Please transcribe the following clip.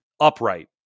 upright